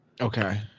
okay